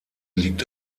liegt